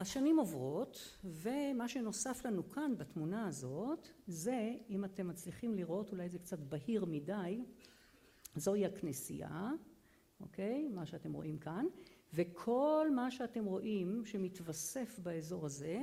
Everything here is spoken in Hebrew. השנים עוברות ומה שנוסף לנו כאן בתמונה הזאת זה אם אתם מצליחים לראות אולי זה קצת בהיר מדי זוהי הכנסייה אוקיי. מה שאתם רואים כאן, וכל מה שאתם רואים שמתווסף באזור הזה